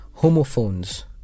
Homophones